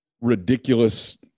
ridiculous